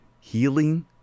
Healing